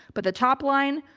but the top line,